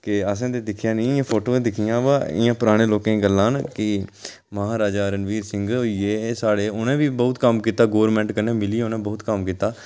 असें ते दिक्खेआ नेईं इं'या फोटो ते दिक्खेआ पर इं'या पराने लोकें दियां गल्लां न की महाराजा रणवीर सिंह होइयै साढ़े उ'नें बी बहुत कम्म कीता गौरमेंट कन्नै मिलियै उ'नें बहुत कम्म कीता